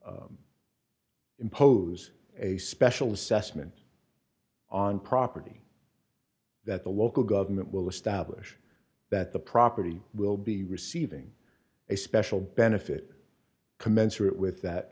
impose a special assessment on property that the local government will establish that the property will be receiving a special benefit commensurate with that